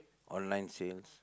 online sales